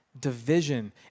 division